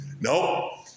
No